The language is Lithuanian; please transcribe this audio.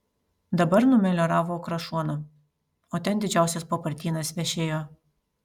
dabar numelioravo krašuoną o ten didžiausias papartynas vešėjo